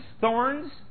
thorns